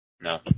No